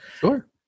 Sure